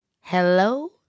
hello